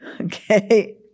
Okay